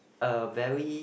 a very